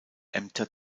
ämter